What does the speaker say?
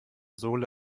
sohle